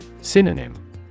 synonym